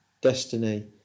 Destiny